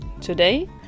today